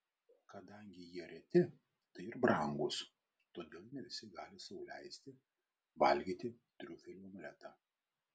kadangi jie reti tai ir brangūs todėl ne visi gali sau leisti valgyti triufelių omletą